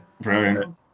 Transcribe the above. Brilliant